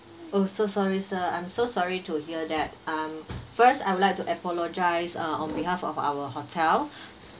oh so sorry sir I'm so sorry to hear that um first I would like to apologise uh on behalf of our hotel